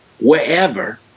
wherever